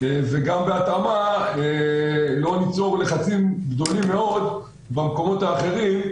ובהתאמה לא ליצור לחצים גדולים מאוד במקומות האחרים,